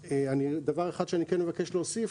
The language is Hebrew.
דבר אחד אני כן מבקש להוסיף.